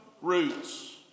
roots